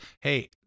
Hey